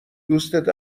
دوستت